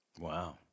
Wow